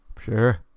Sure